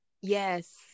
Yes